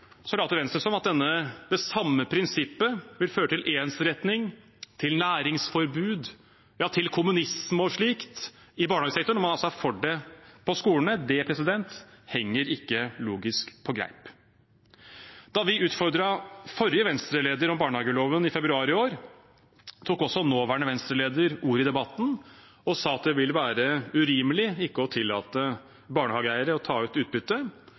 Venstre som at det samme prinsippet vil føre til ensretting, til næringsforbud, ja til kommunisme og slikt, i barnehagesektoren, men når det gjelder skole, er man altså for det – det henger ikke logisk på greip. Da vi utfordret forrige Venstre-leder om barnehageloven i februar i år, tok også nåværende Venstre-leder ordet i debatten og sa at det vil være urimelig ikke å tillate barnehageeiere å ta ut utbytte,